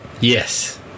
Yes